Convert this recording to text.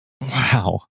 Wow